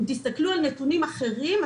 אם תסתכלו על נתונים אחרים,